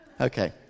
Okay